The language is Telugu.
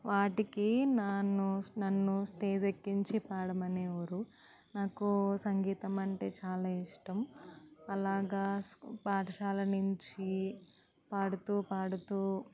వాటికి నాన్ను నన్ను స్టేజ్ ఎక్కించి పాడమనేవారు నాకు సంగీతం అంటే చాలా ఇష్టం అలాగ పాఠశాల నుంచి పాడుతూ పాడుతూ